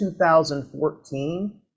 2014